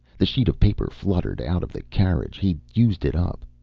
the sheet of paper fluttered out of the carriage. he'd used it up.